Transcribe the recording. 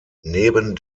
neben